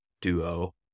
duo